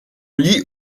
lit